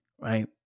right